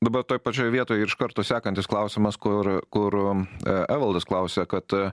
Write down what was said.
dabar toj pačioj vietoj ir iš karto sekantis klausimas kur kur e evaldas klausia kad